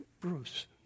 Bruce